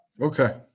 Okay